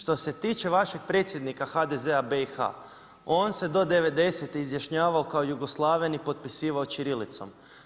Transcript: Što se tiče vašeg predsjednika HDZ-a BiH on se do devedesete izjašnjavao kao Jugoslaven i potpisivao ćirilicom.